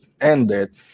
ended